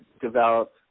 develop